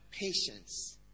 patience